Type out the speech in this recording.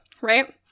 Right